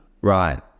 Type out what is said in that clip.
Right